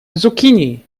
zucchini